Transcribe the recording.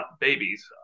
babies